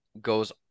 goes